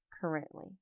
currently